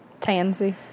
Tansy